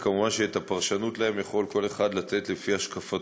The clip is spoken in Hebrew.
ומובן שאת הפרשנות להם יכול כל אחד לתת לפי השקפתו.